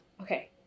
Okay